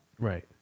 right